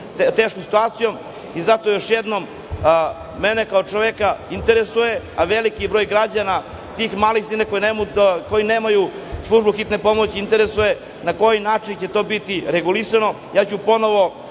teškom situacijom. Zato još jednom mene kao čoveka interesuje, a veliki broj građana tih malih sredina koji nemaju službu Hitne pomoći interesuje na koji način će to biti regulisano. Ponovo